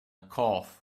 cough